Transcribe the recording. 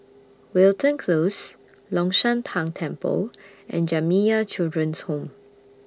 Wilton Close Long Shan Tang Temple and Jamiyah Children's Home